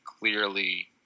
clearly